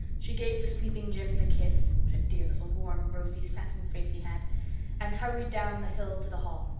she gave the sleeping jims a kiss what a dear little warm, rosy, satin face he had and hurried down the hill to the hall.